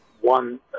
one